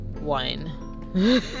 wine